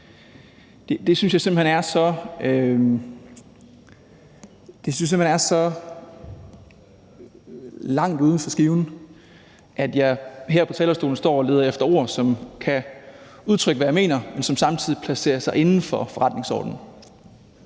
Det synes jeg simpelt hen er så langt uden for skiven, at jeg her på talerstolen står og leder efter ord, som kan udtrykke, hvad jeg mener, og som samtidig holder sig inden for forretningsordenen.